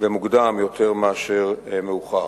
במוקדם יותר מאשר במאוחר.